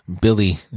Billy